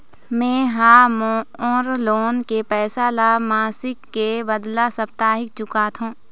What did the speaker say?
में ह मोर लोन के पैसा ला मासिक के बदला साप्ताहिक चुकाथों